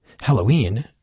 Halloween